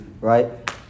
right